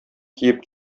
киеп